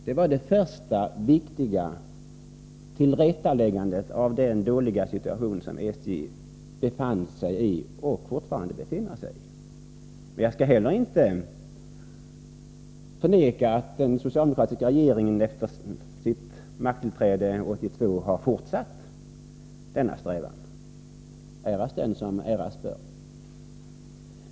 Det var det första viktiga tillrättaläggandet av den dåliga situation som SJ befann sig i och fortfarande befinner sig i. Jag skall inte förneka att den socialdemokratiska regeringen efter sitt makttillträde 1982 har fortsatt denna strävan — ära dem som äras bör!